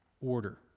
order